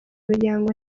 miryango